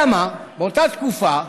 אלא מה, באותה תקופה,